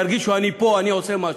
שירגישו: אני פה, אני עושה משהו.